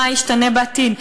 מה ישתנה בעתיד?